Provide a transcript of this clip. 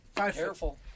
Careful